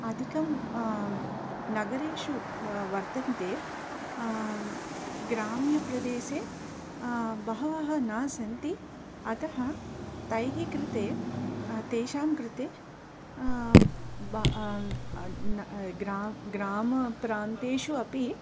अधिकं नगरेषु वर्तन्ते ग्राम्यप्रदेशे बहवः न सन्ति अतः तैः कृते तेषां कृते ब अन् ग्रा ग्रामप्रान्तेषु अपि